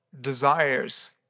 desires